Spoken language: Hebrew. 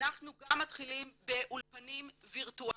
אנחנו גם מתחילים באולפנים וירטואליים.